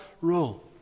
rule